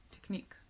technique